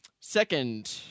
second